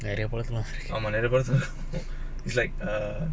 நெறயபடத்துலவந்துருக்கே:neraya padathula vandhurukke